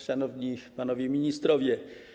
Szanowni Panowie Ministrowie!